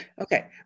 Okay